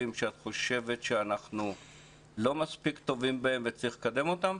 שאת חושבת שאנחנו לא מספיק טובים בהם וצריך לקדם אותם?